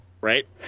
Right